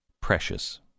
precious